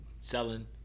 selling